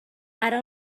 ara